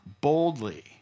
boldly